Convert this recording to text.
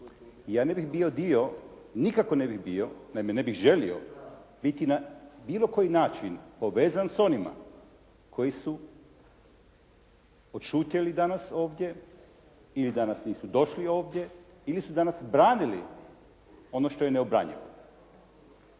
ja ne bih bio dio, nikako ne bih bio, naime ne bih želio biti na bilo koji način povezan s onima koji su odšutjeli danas ovdje ili danas nisu došli ovdje ili su danas branili ono što je neobranjivo.